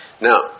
Now